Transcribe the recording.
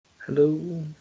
Hello